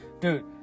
dude